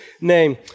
name